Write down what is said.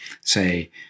say